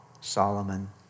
Solomon